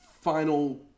final